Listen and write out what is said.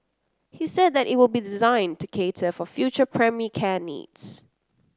he said it will be designed to cater for future primary care needs